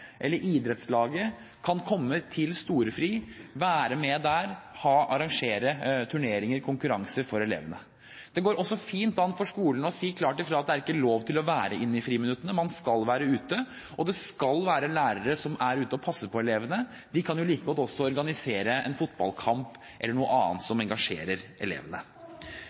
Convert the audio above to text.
eller idrettslaget kan komme til storefri og være med der og arrangere turneringer og konkurranser for elevene. Det går også fint an for skolene å si klart fra at det er ikke lov til å være inne i friminuttene, man skal være ute, og det skal være lærere som er ute og passer på elevene. De kan like godt også organisere en fotballkamp eller noe annet som engasjerer elevene.